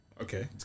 Okay